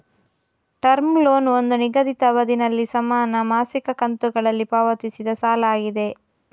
term loan ಒಂದು ನಿಗದಿತ ಅವಧಿನಲ್ಲಿ ಸಮಾನ ಮಾಸಿಕ ಕಂತುಗಳಲ್ಲಿ ಪಾವತಿಸಿದ ಸಾಲ ಆಗಿದೆ